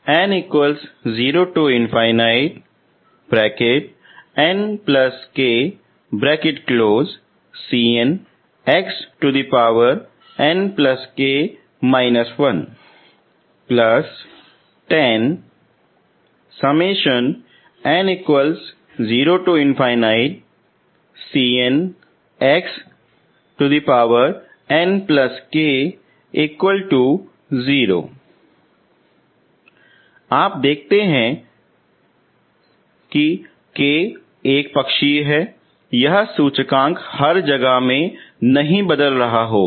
y प्राप्त करने के लिए 2 बार अंतर करना आप देखते हैं क्योंकि k एक पक्षीय है यह सूचकांक हर जगह में नहीं बदल रहा होगा